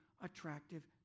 attractive